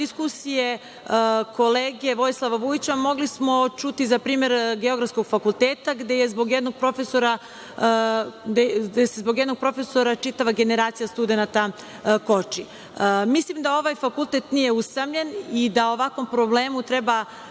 diskusije kolege Vojislava Vujića mogli smo čuti za primer Geografskog fakulteta, gde se zbog jednog profesora čitava generacija studenata koči. Mislim da ovaj fakultet nije usamljen i da ovakvom problemu treba